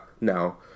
now